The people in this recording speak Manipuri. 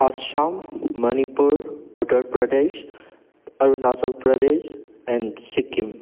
ꯑꯁꯥꯝ ꯃꯅꯤꯄꯨꯔ ꯎꯠꯇꯔ ꯄ꯭ꯔꯗꯦꯁ ꯑꯔꯨꯅꯥꯆꯜ ꯄ꯭ꯔꯗꯦꯁ ꯑꯦꯟ ꯁꯤꯛꯀꯤꯝ